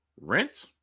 rent